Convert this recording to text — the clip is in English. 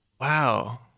Wow